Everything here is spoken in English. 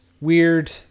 weird